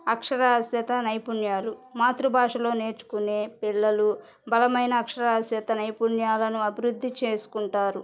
అక్షరాస్యత నైపుణ్యాలు మాతృభాషలో నేర్చుకునే పిల్లలు బలమైన అక్షరాస్యత నైపుణ్యాలను అభివృద్ధి చేసుకుంటారు